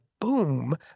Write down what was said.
boom